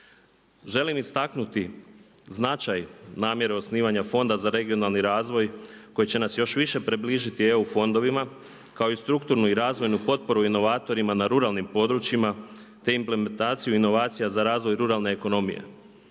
Želim istaknuti značaj namjere osnivanja Fonda za regionalni razvoj koji će nas još više približiti EU fondovima kao i strukturnu i razvojnu potporu inovatorima na ruralnim područjima te implementaciju inovacija za razvoj ruralne ekonomije.